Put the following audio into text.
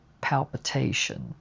palpitation